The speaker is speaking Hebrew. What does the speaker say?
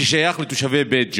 ששייך לתושבי בית ג'ן.